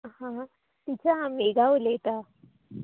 हा टिचर हांव मेघा उलयतां